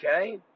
okay